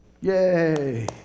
Yay